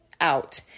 out